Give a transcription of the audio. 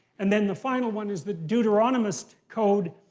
and then the final one is the deuteronomist code,